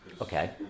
Okay